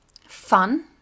fun